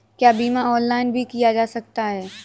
क्या बीमा ऑनलाइन भी किया जा सकता है?